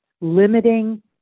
limiting